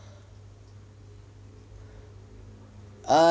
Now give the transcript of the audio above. err